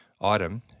item